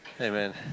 Amen